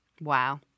Wow